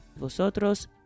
vosotros